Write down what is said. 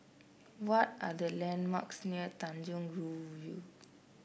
what are the landmarks near Tanjong Rhu View